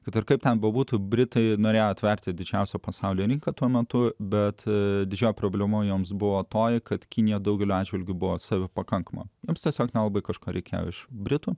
kad ir kaip ten būtų britai norėjo atverti didžiausią pasaulio rinką tuo metu bet didžioji problema joms buvo toji kad kinija daugeliu atžvilgių buvo save pakankamo mums tiesiog nelabai kažką reikėjo iš britų